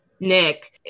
Nick